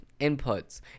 inputs